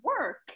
work